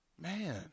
Man